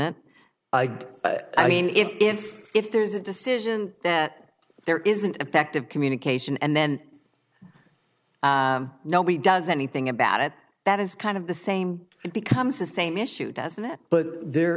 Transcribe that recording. it i mean if if if there's a decision that there is an effect of communication and then nobody does anything about it that is kind of the same it becomes the same issue doesn't it but there